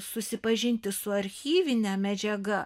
susipažinti su archyvine medžiaga